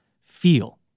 feel